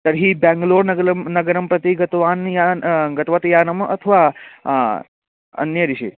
तर्हि बेङ्लूरुनगरं नगरं प्रति गतवान् यः न गतवती यानं अथवा अन्य दिशाम्